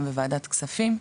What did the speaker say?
גם בוועדת הכספים,